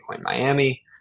Miami